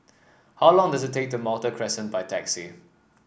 how long does it take to Malta Crescent by taxi